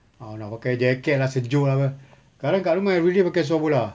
ah nak pakai jaket lah sejuk lah apa sekarang kat rumah everyday pakai seluar bola